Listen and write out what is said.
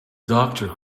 doctor